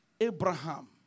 Abraham